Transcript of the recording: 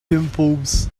pimples